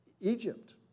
Egypt